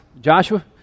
Joshua